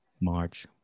March